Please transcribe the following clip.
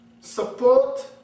support